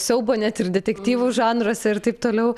siaubo net ir detektyvų žanruose ir taip toliau